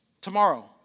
Tomorrow